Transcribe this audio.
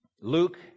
Luke